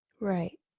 Right